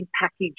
packaged